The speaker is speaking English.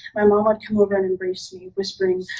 my mom would come over and embrace me, whispering,